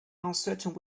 uncertain